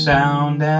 Sound